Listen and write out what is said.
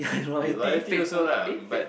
you loyalty also lah but